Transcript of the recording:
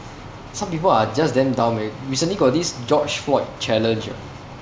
some people are just damn dumb eh recently got this george floyd challenge ah